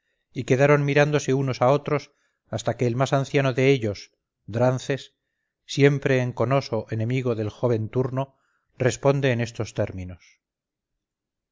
y quedaron mirándose unos a otros hasta que el más anciano de ellos drances siempre enconoso enemigo del joven turno responde en estos términos